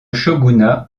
shogunat